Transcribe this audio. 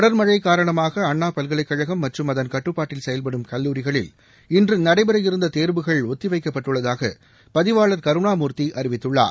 தொடர் மழை காரணமாக அண்ணா பல்கலைக்கழகம் மற்றும் அதன் கட்டுப்பாட்டில் செயல்படும் கல்லூரிகளில் இன்று நடைபெற இருந்த தேர்வுகள் ஒத்திவைக்கப்பட்டுள்ளதாக பதிவாளர் கருணாமூர்த்தி அறிவித்துள்ளார்